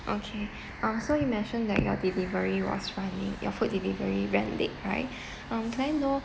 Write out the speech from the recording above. okay uh so you mentioned that your delivery was running your food delivery ran late right um may I know